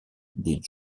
dit